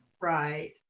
Right